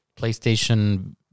PlayStation